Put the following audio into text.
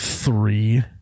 Three